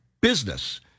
business